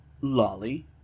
Lolly